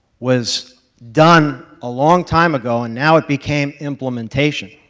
was done a long time ago, and now it became implementation,